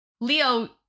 Leo